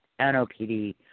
NOPD